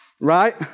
Right